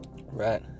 right